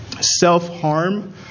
Self-harm